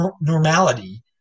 normality